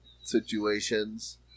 situations